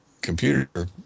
computer